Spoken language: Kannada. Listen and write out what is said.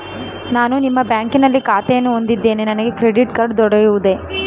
ನಾನು ನಿಮ್ಮ ಬ್ಯಾಂಕಿನಲ್ಲಿ ಖಾತೆಯನ್ನು ಹೊಂದಿದ್ದೇನೆ ನನಗೆ ಕ್ರೆಡಿಟ್ ಕಾರ್ಡ್ ದೊರೆಯುವುದೇ?